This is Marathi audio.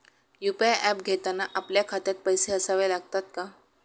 यु.पी.आय ऍप घेताना आपल्या खात्यात पैसे असावे लागतात का?